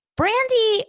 brandy